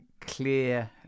clear